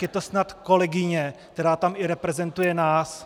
Je to snad kolegyně, která tam reprezentuje nás.